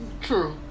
True